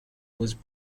was